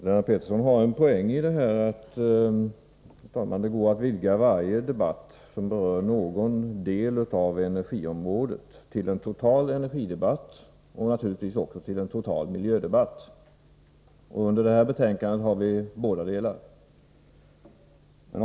Herr talman! Lennart Pettersson har en poäng i att det går att vidga varje debatt som berör någon del av energiområdet till en total energidebatt och naturligtvis också till en total miljödebatt. Det gäller också debatten om det här betänkandet.